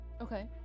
Okay